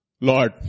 Lord